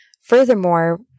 Furthermore